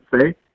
say